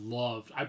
loved